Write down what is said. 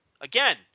Again